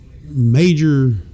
major